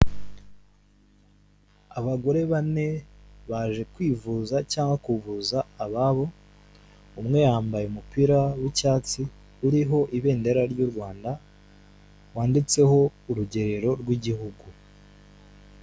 Abagore bane baje kwivuza cyangwa kuvuza ababo, umwe yambaye umupira w'icyatsi uriho ibendera ry'u Rwanda wanditseho urugerero rw'igihugu.